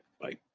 Bye